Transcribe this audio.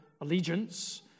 allegiance